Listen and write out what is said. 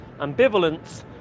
ambivalence